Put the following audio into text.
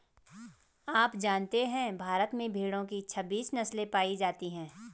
आप जानते है भारत में भेड़ो की छब्बीस नस्ले पायी जाती है